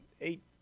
eight